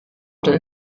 del